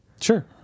Sure